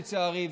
לצערי,